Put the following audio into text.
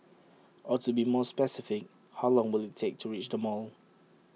or to be more specific how long will IT take to reach the mall